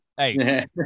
Hey